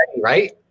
right